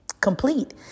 complete